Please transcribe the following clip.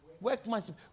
Workmanship